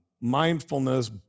mindfulness